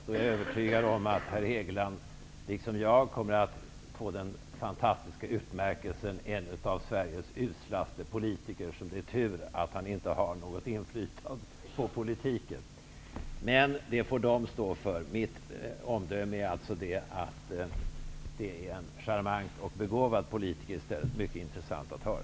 Jag är övertygad om att herr Hegeland liksom jag kommer att få det fantastiska tillmälet ''en av Sveriges uslaste politiker'' med kommentaren ''det är tur att han inte har något inflytande på politiken''. Men det får andra stå för. Mitt omdöme är i stället att herr Hegeland är en charmant och begåvad politiker, mycket intressant att höra.